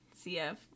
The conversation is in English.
CF